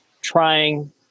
trying